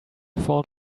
fault